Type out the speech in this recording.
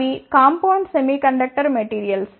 అవి compound semiconductor materials